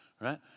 right